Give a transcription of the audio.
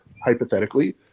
hypothetically